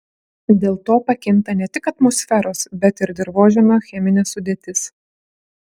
dėl to pakinta ne tik atmosferos bet ir dirvožemio cheminė sudėtis